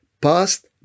past